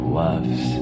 loves